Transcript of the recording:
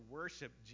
worship